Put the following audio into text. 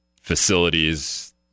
facilities